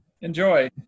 enjoy